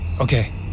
Okay